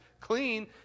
clean